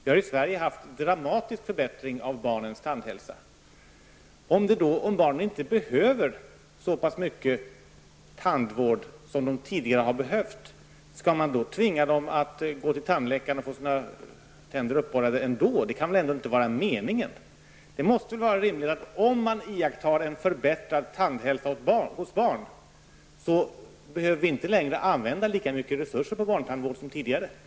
I Sverige har det skett en dramatisk förbättring av barnens tandhälsa. Om barn inte behöver så pass mycket tandvård som de tidigare har behövt, skall man väl inte tvinga barn att gå till tandläkaren för att få sina tänder uppborrade. Det kan väl ändå inte vara meningen. Om man iakttar en förbättrad tandhälsa hos barn, måste det väl vara ett rimligt antagande att vi inte behöver använda lika stora resurser för barntandvård som vi tidigare behövde.